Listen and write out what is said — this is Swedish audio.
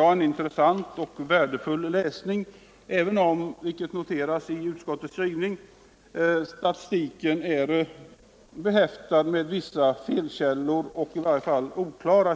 Det är en intressant och värdefull läsning = även om man bör vara medveten om att det, som utskottet noterar i sin skrivning, i statistiken finns vissa felkällor eller i varje fall oklara